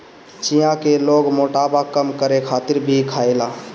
चिया के लोग मोटापा कम करे खातिर भी खायेला